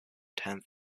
tenth